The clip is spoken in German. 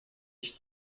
ich